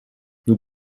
nous